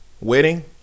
wedding